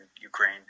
Ukraine